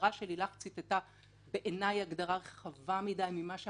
בעניין הזה